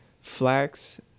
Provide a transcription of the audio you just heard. Flax